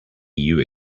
you